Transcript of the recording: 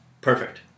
Perfect